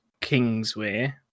Kingsway